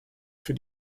für